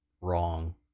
wrong